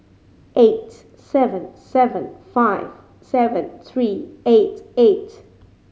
eight seven seven five seven three eight eight